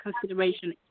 consideration